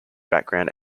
background